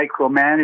micromanage